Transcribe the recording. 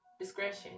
Discretion